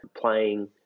playing